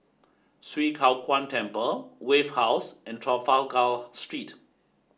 Swee Kow Kuan Temple Wave House and Trafalgar Street